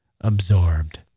absorbed